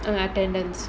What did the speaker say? ah attendance